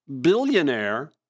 billionaire